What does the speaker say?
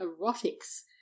erotics